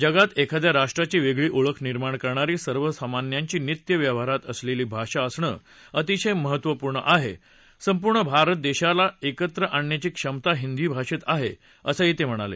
जगात एखाद्या राष्ट्राची वेगळी ओळख निर्माण करणारी सर्वसामान्यांच्या नित्य व्यवहारात असलेली भाषा असणं अतिशय महत्त्वपूर्ण आहे संपूर्ण भारत देशाला एकत्र आणण्याची क्षमता हिंदी भाषेत आहे असं ते म्हणाले